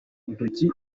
intoki